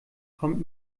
kommt